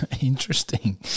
Interesting